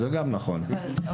סליחה,